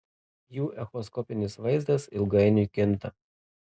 jų echoskopinis vaizdas ilgainiui kinta